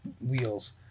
wheels